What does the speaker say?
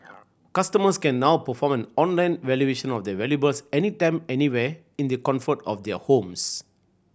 customers can now perform an online valuation of their valuables any time anywhere in the comfort of their homes